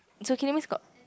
it's okay means got